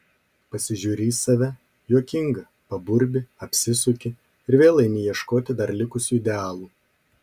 pasižiūri į save juokinga paburbi apsisuki ir vėl eini ieškoti dar likusių idealų